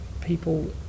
people